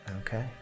Okay